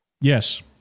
Yes